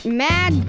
mad